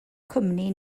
cwmni